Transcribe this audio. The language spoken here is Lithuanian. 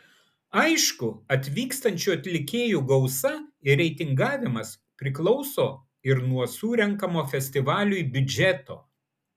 aišku atvykstančių atlikėjų gausa ir reitingavimas priklauso ir nuo surenkamo festivaliui biudžeto